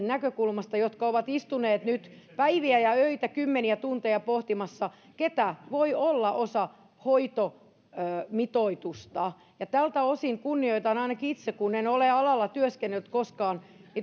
näkökulmasta jotka ovat istuneet nyt päiviä ja öitä kymmeniä tunteja pohtimassa ketkä voivat olla osa hoitomitoitusta ja tältä osin kunnioitan ainakin itse kun en ole alalla työskennellyt koskaan